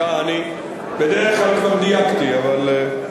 בדרך כלל כבר דייקתי אבל,